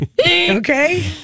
Okay